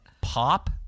pop